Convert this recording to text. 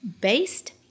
based